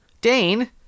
Dane